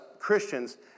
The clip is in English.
Christians